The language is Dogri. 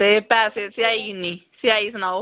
ते पैसे सेआई किन्नी सेआई सनाओ